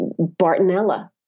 Bartonella